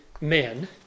men